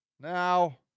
now